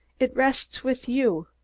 it rests with you.